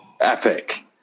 epic